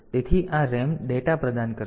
તેથી આ RAM data પ્રદાન કરશે